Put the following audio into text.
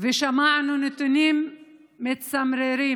ושמענו נתונים מצמררים,